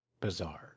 bizarre